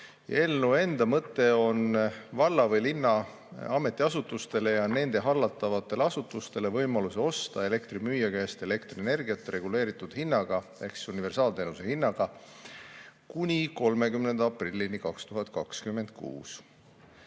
Eelnõu enda mõte on valla või linna ametiasutustel ja nende hallatavatel asutustel võimaldada osta elektrimüüja käest elektrienergiat reguleeritud hinnaga ehk universaalteenuse hinnaga kuni 30. aprillini 2026.